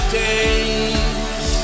days